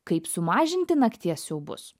kaip sumažinti nakties siaubus